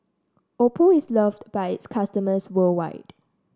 Oppo is loved by its customers worldwide